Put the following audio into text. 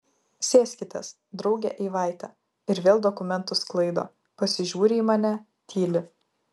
sėskitės drauge eivaite ir vėl dokumentus sklaido pasižiūri į mane tyli